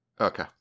Okay